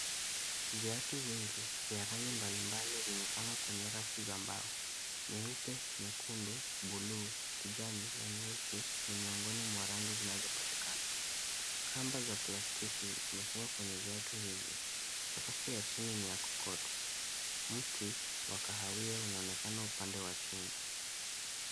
Viatu vingi vya rangi mbalimbali vimepangwa kwenye rafu za mbao nyeupe, nyekundu, bluu, kijani na nyeusi ni miongoni mwa rangi zinazopatikana ,kamba za plastiki zimefungwa kwenye viatu hivyo , sakafu ya chini ni ya kokoto ,mti wa kahawia unaonekana kwa upande wa chini .